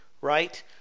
right